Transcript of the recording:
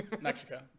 Mexico